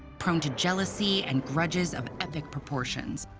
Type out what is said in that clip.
prone to jealousy and grudges of epic proportions.